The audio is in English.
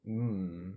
mm